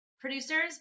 producers